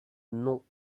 non